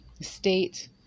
state